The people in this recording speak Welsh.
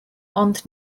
ond